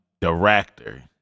director